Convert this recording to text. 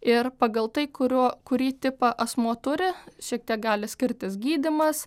ir pagal tai kuriuo kurį tipą asmuo turi šiek tiek gali skirtis gydymas